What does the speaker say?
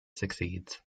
succeeds